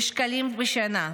שקלים בשנה.